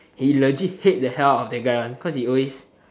he legit hate the hell out of that guy one cause he always